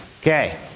Okay